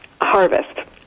harvest